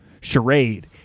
charade